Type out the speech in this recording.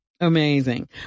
Amazing